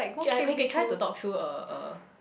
actually I I can try to talk through a a